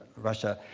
russia.